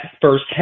first